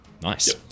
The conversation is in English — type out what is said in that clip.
Nice